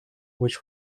which